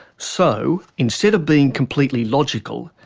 so instead of being completely logical,